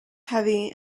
heavy